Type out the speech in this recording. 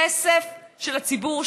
כסף של הציבור,